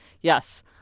Yes